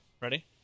Ready